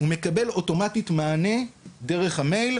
הוא מקבל אוטומטית, דרך המייל,